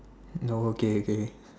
no okay okay